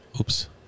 Oops